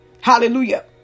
Hallelujah